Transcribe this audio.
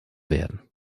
werden